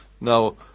Now